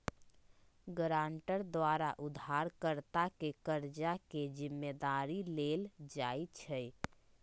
guarantor द्वारा उधारकर्ता के कर्जा के जिम्मदारी लेल जाइ छइ